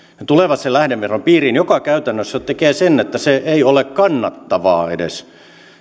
tulevat sen lähdeveron piiriin mikä käytännössä tekee sen että se ei ole kannattavaa edes